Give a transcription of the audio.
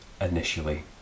initially